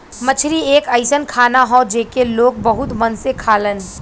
मछरी एक अइसन खाना हौ जेके लोग बहुत मन से खालन